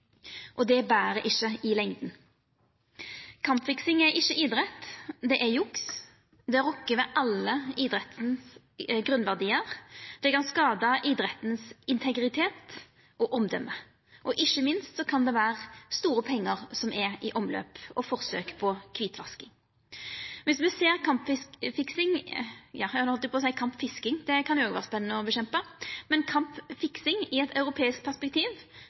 og det ber ikkje i lengda. Kampfiksing er ikkje idrett. Det er juks. Det rokkar ved alle idrettens grunnverdiar. Det kan skada idrettens integritet og omdøme, og ikkje minst kan det vera store pengar i omløp og forsøk på kvitvasking. Viss me ser på kampfiksing i eit europeisk perspektiv og overfører dei erfaringane ein har internasjonalt til Noreg, er det òg grunn til å